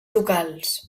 locals